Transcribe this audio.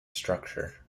structure